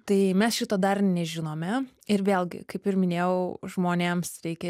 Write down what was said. tai mes šito dar nežinome ir vėlgi kaip ir minėjau žmonėms reikia